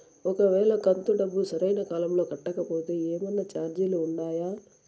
ఒక వేళ కంతు డబ్బు సరైన కాలంలో కట్టకపోతే ఏమన్నా చార్జీలు ఉండాయా?